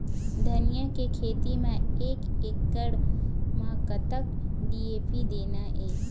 धनिया के खेती म एक एकड़ म कतक डी.ए.पी देना ये?